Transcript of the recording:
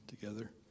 together